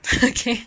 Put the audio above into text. okay